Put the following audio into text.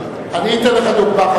אני אתן לך דוגמה,